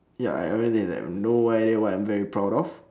ya I I really think that I have no idea of what I'm very proud of